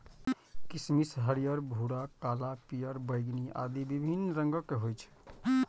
किशमिश हरियर, भूरा, काला, पीयर, बैंगनी आदि विभिन्न रंगक होइ छै